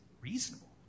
reasonable